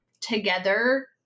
together